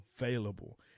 available